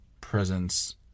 presence